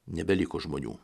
nebeliko žmonių